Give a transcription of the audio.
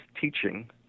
teaching